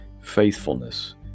faithfulness